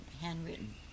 handwritten